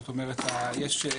זאת אומרת יש,